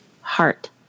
heart